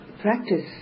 practice